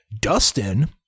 Dustin